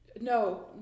No